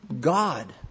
God